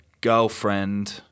girlfriend